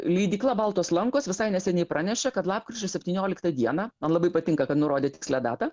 leidykla baltos lankos visai neseniai pranešė kad lapkričio septynioliktą dieną man labai patinka kad nurodė tikslią datą